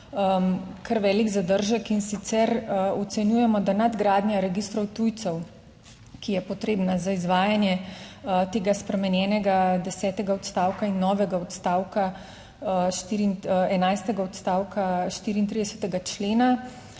kar velik zadržek in sicer ocenjujemo, da nadgradnja registrov tujcev, ki je potrebna za izvajanje tega spremenjenega desetega odstavka in novega enajstega odstavka 34. člena,